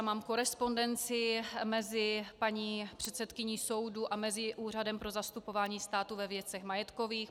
Mám korespondenci mezi paní předsedkyní soudu a Úřadem pro zastupování státu ve věcech majetkových.